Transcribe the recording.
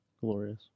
Glorious